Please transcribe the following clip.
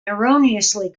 erroneously